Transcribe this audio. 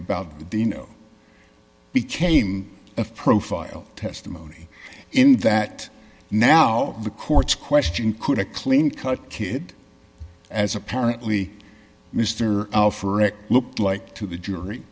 the dino became a profile testimony in that now the court's question could a clean cut kid as apparently mr for it looked like to the jury